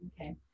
okay